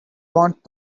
want